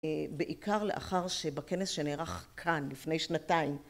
בעיקר לאחר שבכנס שנערך כאן לפני שנתיים